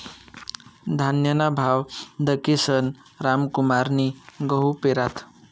धान्यना भाव दखीसन रामकुमारनी गहू पेरात